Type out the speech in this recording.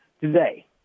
today